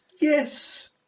Yes